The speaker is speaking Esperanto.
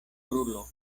brulo